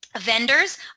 Vendors